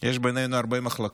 יש בינינו הרבה מחלוקות,